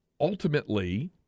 ultimately